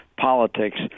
Politics